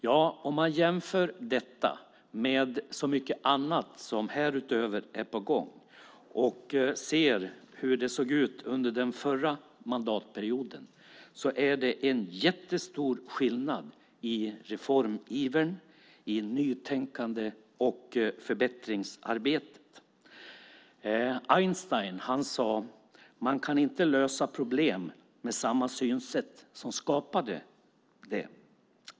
Jämför vi detta och så mycket annat som är på gång med hur det såg ut den förra mandatperioden är det en jättestor skillnad i reformivern, nytänkandet och förbättringsarbetet. Einstein sade: Man kan inte lösa problem med samma synsätt som skapade dem.